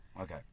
okay